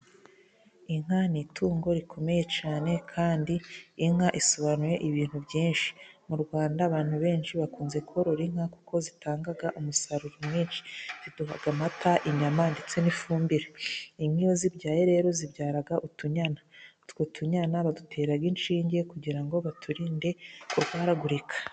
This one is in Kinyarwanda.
Inka ni itungo rikomeye cyane kandi inka isobanuye ibintu byinshi. Mu rwanda, abantu benshi bakunze korora inka kuko zitanga umusaruro mwinshi, ziduha: amata, inyama ndetse n'ifumbire. Inka iyo zibyaye rero zibyara utunyana; utwo tunyana badutera inshinge kugira ngo baturinde kurwaragurika.